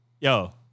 Yo